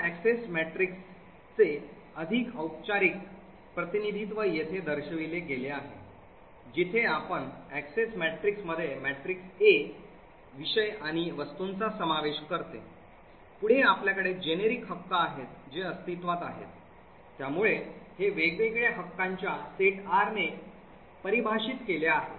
या अॅक्सेस मॅट्रिक्सचे अधिक औपचारिक प्रतिनिधित्व येथे दर्शविले गेले आहे जिथे आपण Access Matrix मध्ये matrix A विषय आणि वस्तूंचा समावेश करते पुढे आपल्याकडे जेनेरिक हक्क आहेत जे अस्तित्त्वात आहेत त्यामुळे हे वेगवेगळ्या हक्कांच्या set R ने परिभाषित केले आहे